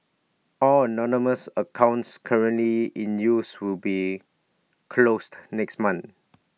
all anonymous accounts currently in use will be closed next month